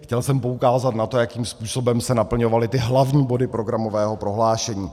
Chtěl jsem poukázat na to, jakým způsobem se naplňovaly ty hlavní body programového prohlášení.